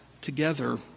together